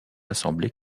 assemblée